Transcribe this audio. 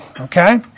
Okay